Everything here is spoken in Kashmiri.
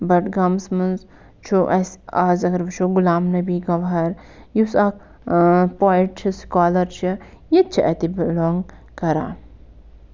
بڈگامَس منٛز چھُ اَسہِ آز اَگر وٕچھو غلام نٔبی گوہَر یُس اکھ پویِٹ چھِ سٔکولر چھُ یہِ تہِ چھِ اَتی بُلونگ کران